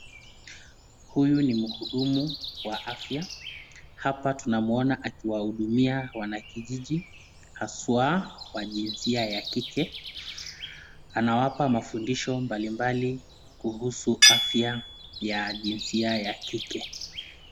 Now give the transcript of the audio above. huyu ni muhudumu wa afya, hapa tunamwona akiwanawahudumia wanakijiji haswa wa jinsia ya kike anawapa mafundisho mbali mbali kuhusu afya ya jinsia ya kike.